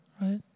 right